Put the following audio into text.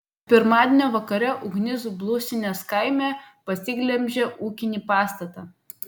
pirmadienio vakare ugnis blusinės kaime pasiglemžė ūkinį pastatą